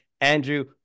andrew